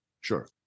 Sure